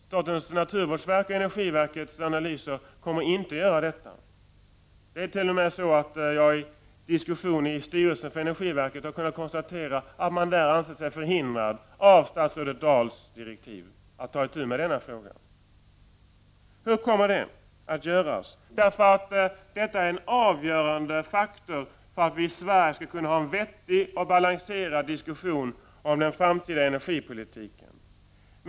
Statens naturvårdsverk och energiverkets analyser kommer inte att redovisa detta. Det är t.o.m. så att jag vid diskussioner i energiverkets styrelse har kunnat konstatera att man där anser sig förhindrad av statsrådet Dahls direktiv att ta itu med denna fråga. Hur kommer redovisningen att ske? Detta är en avgörande faktor för att vi i Sverige skall kunna ha en vettig och balanserad diskussion om den framtida energipolitiken.